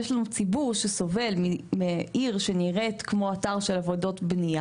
יש לנו ציבור שסובל מעיר שנראית כמו אתר בנייה,